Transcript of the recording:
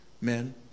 Men